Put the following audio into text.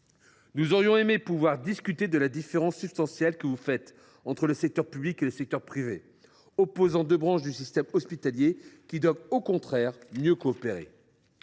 Nous aurions souhaité pouvoir discuter de la différence substantielle que vous faites entre le secteur public et le secteur privé, opposant deux branches du système hospitalier qui devraient au contraire mieux coopérer.